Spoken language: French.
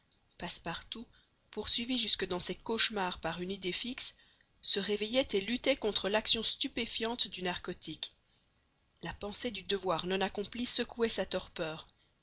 passepartout poursuivi jusque dans ses cauchemars par une idée fixe se réveillait et luttait contre l'action stupéfiante du narcotique la pensée du devoir non accompli secouait sa torpeur